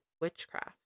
witchcraft